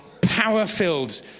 power-filled